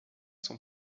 son